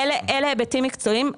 אלה היבטים מקצועיים.